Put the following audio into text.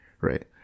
right